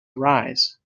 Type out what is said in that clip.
arise